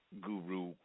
guru